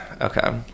okay